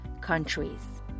countries